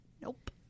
Nope